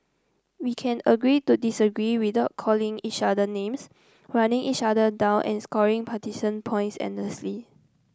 we can agree to disagree without calling each other names running each other down and scoring partisan points endlessly